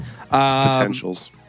Potentials